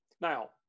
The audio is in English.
Now